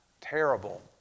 terrible